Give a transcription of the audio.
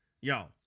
y'all